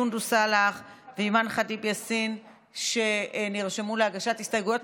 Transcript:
סונדוס סלאח ואימאן ח'טיב יאסין נרשמו להגשת הסתייגויות.